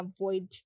avoid